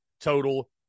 total